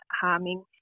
harming